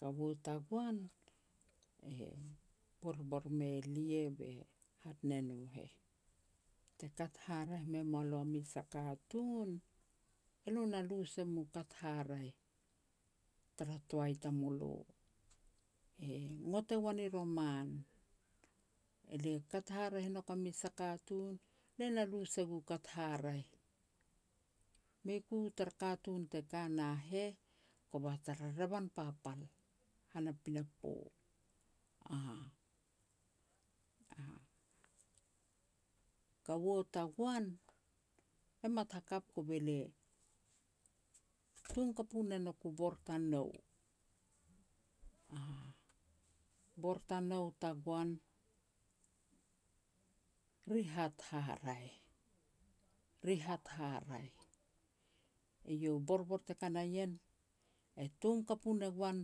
Kaua tagoan, e borbor me lia be hat ne no heh, te kat haraeh me moa lo a mes a katun, elo na lu se mu kat haraeh tara toai tamulo. E ngot e goan i roman, elia kat haraeh e nouk a mes a katun, le na lu se gu kat haraeh. Mei ku u tara katun te ka na heh, kova tara revan papal han a pinapo. A-a kaua tagoan e mat hakap kove le tom kapu ne ngok u bor tanou. A bor tanou tagoan, rihat haraeh, rihat haraeh, eiau u borbor te ka na ien, e tom kapu ne goan,